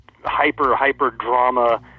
hyper-hyper-drama